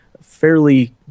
fairly